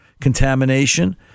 contamination